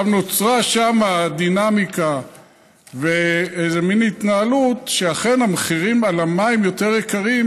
נוצרה שם דינמיקה ומין התנהלות שאכן המחירים על המים יותר יקרים,